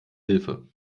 hilfe